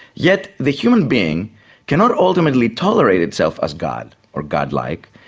yet the human being cannot ultimately tolerate itself as god or godlike,